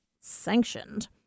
sanctioned